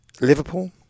Liverpool